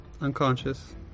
Unconscious